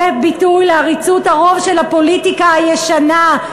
זה ביטוי לעריצות הרוב של הפוליטיקה הישנה.